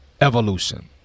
evolution